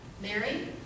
Mary